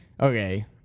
Okay